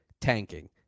tanking